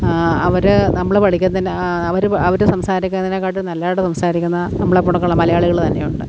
അവർ നമ്മൾ പഠിക്കുന്നതിൻ്റെ ആ അവർ അവർ സംസാരിക്കുന്നതിനെക്കാട്ടിയും നല്ലാതായിട്ട് സംസാരിക്കുന്ന നമ്മളെ കൂടെയൊക്കെയുള്ള മലയാളികൾ തന്നെയുണ്ട്